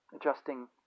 adjusting